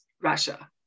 Russia